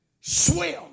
swim